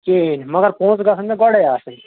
کِہیٖنٛۍ مگر پۅنٛسہٕ گژھن مےٚ گۄڈے آسٕنۍ